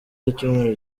w’icyumweru